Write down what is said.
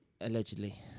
Allegedly